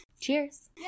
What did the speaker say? Cheers